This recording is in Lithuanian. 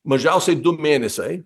mažiausiai du mėnesiai